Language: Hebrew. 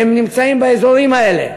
שנמצאים באזורים האלה,